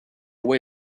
way